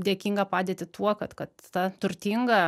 dėkingą padėtį tuo kad kad ta turtinga